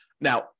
now